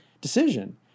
decision